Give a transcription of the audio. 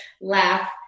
laugh